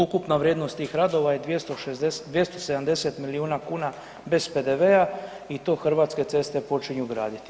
Ukupna vrijednost tih radova je 270 milijuna kuna bez PDV-a i to Hrvatske ceste počinju graditi.